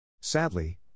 Sadly